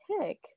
pick